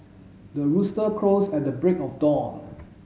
the rooster crows at the break of dawn